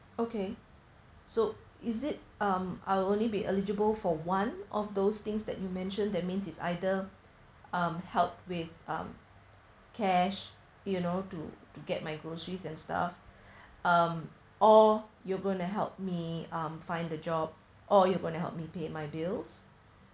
okay so is it um I'll only be eligible for one of those things that you mention that means is either um help with um cash you know to to get my groceries and stuff um or you going to help me um find a job or you going to help me pay my bills